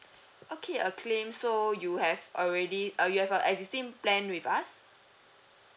okay a claim so you have already uh you have a existing plan with us